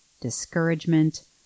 discouragement